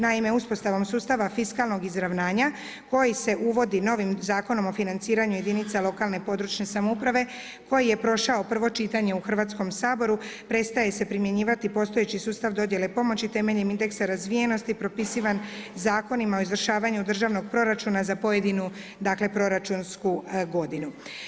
Naime, uspostavom sustava fiskalnog izravnanja, koji se uvodi novim Zakonom o financiranju jedinica lokalne i područne samouprave, koji je prošao prvo čitanje u Hrvatskom saboru, prestaje se primjenjivati postojeći sustav dodjele pomoći temeljem indeksa razvijenosti, propisivan zakonima o izvršavanju državnog proračuna, za pojedinu proračunsku godinu.